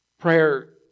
Prayer